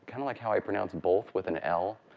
kind of like how i pronounced both with an l.